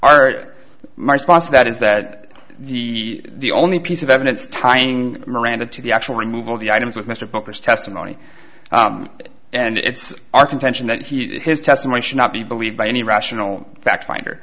to that is that the the only piece of evidence tying miranda to the actual removal of the items with mr booker's testimony and it's our contention that he his testimony should not be believed by any rational fact finder